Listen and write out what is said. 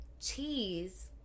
cheese